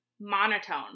monotone